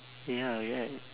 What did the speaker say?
ya right